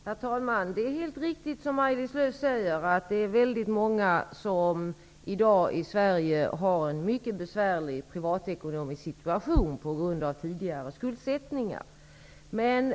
Herr talman! Det är helt riktigt som Maj-Lis Lööw säger att det finns väldigt många som i dag i Sverige har en mycket besvärlig privatekonomisk situation på grund av tidigare skuldsättningar.